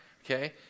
Okay